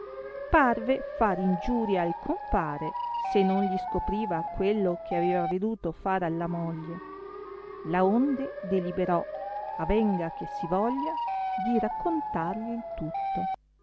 parve far ingiuria al compare se non li scopriva quello che aveva veduto far alla moglie laonde deliberò avenga che si voglia di raccontargli il tutto